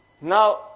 Now